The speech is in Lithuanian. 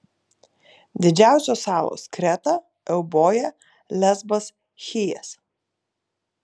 didžiausios salos kreta euboja lesbas chijas